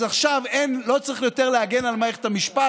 אז עכשיו אין, לא צריך יותר להגן על מערכת המשפט.